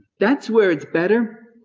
that's where it's better.